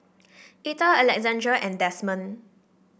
Etta Alexandra and Desmond